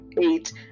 eight